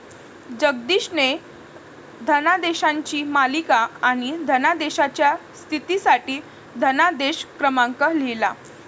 जगदीशने धनादेशांची मालिका आणि धनादेशाच्या स्थितीसाठी धनादेश क्रमांक लिहिला